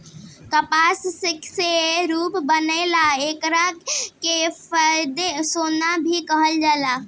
कपास से रुई बनेला एकरा के सफ़ेद सोना भी कहाला